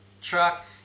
truck